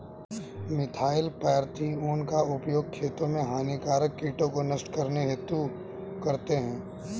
methyl parathion का उपयोग खेतों से हानिकारक कीटों को नष्ट करने हेतु करते है